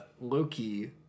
Loki